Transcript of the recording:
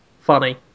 Funny